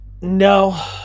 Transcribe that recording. No